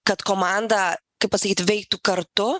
kad komanda kaip pasakyti veiktų kartu